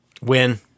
Win